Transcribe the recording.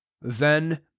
Then